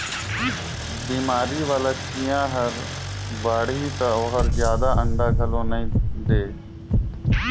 बेमारी वाला चिंया हर बाड़ही त ओहर जादा अंडा घलो नई दे